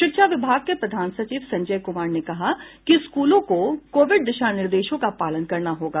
शिक्षा विभाग के प्रधान सचिव संजय कुमार ने कहा कि स्कूलों को कोविड दिशा निर्देशों का पालन करना होगा